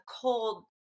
cold